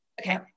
okay